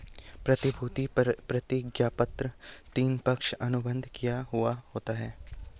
प्रतिभूति प्रतिज्ञापत्र तीन, पक्ष अनुबंध किया हुवा होता है